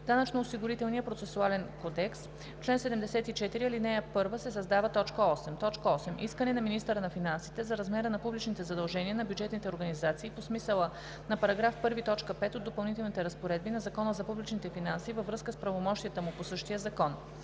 Данъчно-осигурителния процесуален кодекс (обн., ДВ, бр. ...) в чл. 74, ал. 1 се създава т. 8: „8. искане на министъра на финансите за размера на публичните задължения на бюджетните организации по смисъла на § 1, т. 5 от допълнителните разпоредби на Закона за публичните финанси във връзка с правомощията му по същия закон.“